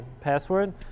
password